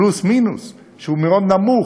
פלוס מינוס, שהוא מאוד נמוך.